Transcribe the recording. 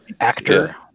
actor